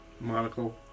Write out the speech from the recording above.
Monocle